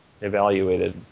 evaluated